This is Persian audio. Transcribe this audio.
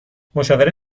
مشاوره